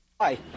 Hi